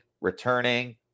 returning